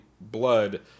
blood